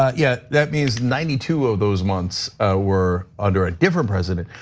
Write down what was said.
yeah yeah, that means ninety two of those months were under a different president.